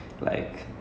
mm mm